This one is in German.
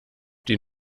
die